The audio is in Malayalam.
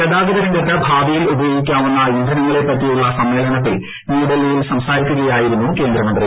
ഗതാഗത രംഗത്ത് ഭാവിയിൽ ഉപയോഗിക്കാവുന്ന ഇന്ധനങ്ങളെപ്പറ്റിയുള്ള സമ്മേളനത്തിൽ ന്യൂഡൽഹിയിൽ സ്ഫസാരിക്കുകയായിരുന്നു കേന്ദ്രമന്ത്രി